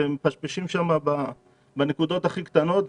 שמפשפשים שם בנקודות הכי קטנות.